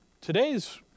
today's